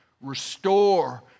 restore